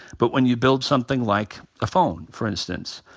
but when you build something like a phone, for instance.